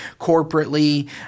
corporately